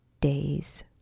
days